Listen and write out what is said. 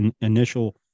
initial